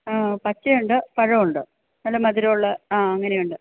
ആ പച്ചയുണ്ട് പഴമുണ്ട് നല്ല മധുരമുള്ള ആ അങ്ങനെയുണ്ട്